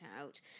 out